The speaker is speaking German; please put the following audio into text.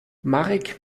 marek